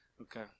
Okay